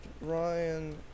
Ryan